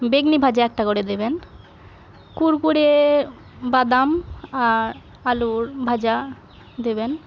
বেগনি ভাজা একটা করে দেবেন কুড়কুড়ে বাদাম আর আলুর ভাজা দেবেন